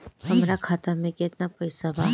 हमरा खाता मे केतना पैसा बा?